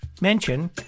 mention